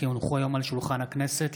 כי הונחו היום על שולחן הכנסת,